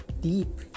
deep